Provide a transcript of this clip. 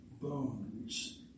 bones